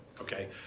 okay